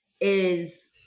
is-